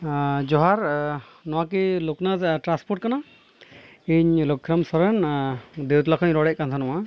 ᱡᱚᱦᱟᱨ ᱱᱚᱣᱟ ᱠᱤ ᱞᱳᱠᱱᱟᱛᱷ ᱴᱨᱟᱱᱥᱯᱳᱨᱴ ᱠᱟᱱᱟ ᱤᱧ ᱞᱚᱠᱠᱷᱤᱨᱟᱢ ᱥᱚᱨᱮᱱ ᱫᱮᱣᱴᱚᱞᱟ ᱠᱷᱚᱱᱤᱧ ᱨᱚᱲᱮᱫ ᱠᱟᱱ ᱛᱮᱦᱮᱱᱚᱜᱼᱟ